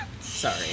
sorry